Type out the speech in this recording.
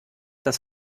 das